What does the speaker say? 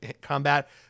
combat